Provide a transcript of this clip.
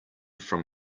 from